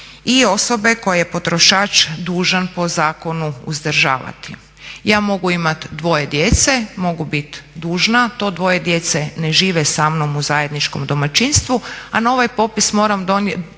i osobe koje je potrošač dužan po zakonu uzdržavati. Ja mogu imat dvoje djece, mogu bit dužna, to dvoje djece ne žive sa mnom u zajedničkom domaćinstvu, a na ovaj popis moram prikazat